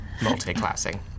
multiclassing